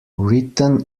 written